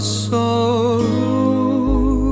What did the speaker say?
sorrow